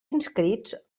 inscrits